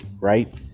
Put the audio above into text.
right